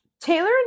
Taylor